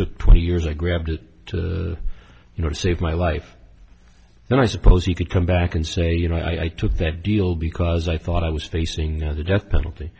o twenty years i grabbed it you know to save my life then i suppose you could come back and say you know i took that deal because i thought i was facing the death penalty